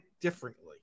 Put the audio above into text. differently